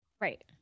Right